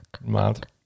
mad